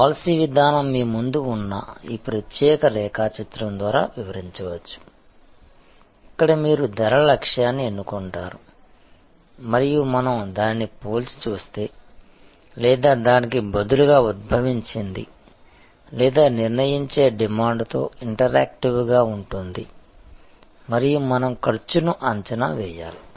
policy విధానం మీ ముందు ఉన్న ఈ ప్రత్యేక రేఖాచిత్రం ద్వారా వివరించవచ్చు ఇక్కడ మీరు ధరల లక్ష్యాన్ని ఎన్నుకుంటారు మరియు మనం దానిని పోల్చి చూస్తే లేదా దానికి బదులుగా ఉద్భవించింది లేదా నిర్ణయించే డిమాండ్తో ఇంటరాక్టివ్గా ఉంటుంది మరియు మనం ఖర్చును అంచనా వేయాలి